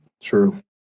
True